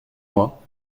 moi